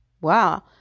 wow